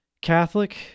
catholic